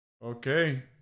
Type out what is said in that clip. Okay